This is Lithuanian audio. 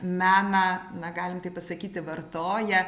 meną na galim taip pasakyti vartoja